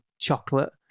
chocolate